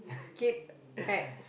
keep pets